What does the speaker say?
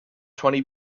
twenty